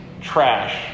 trash